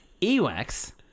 Ewax